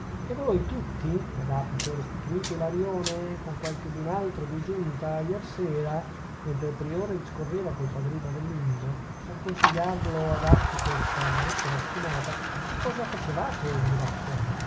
e voi tutti agapito restituto ilarione con qualchedun altro di giunta iersera mentre il priore discorreva col padrino adelindo per consigliarlo a darci questa brutta mattinata che cosa facevate di grazia